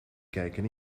kijken